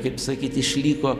kaip sakyt išliko